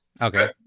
Okay